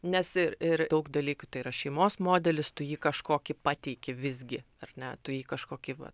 nes ir ir daug dalykų tai yra šeimos modelis tu jį kažkokį pateiki visgi ar ne tu jį kažkokį va